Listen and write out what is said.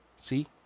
See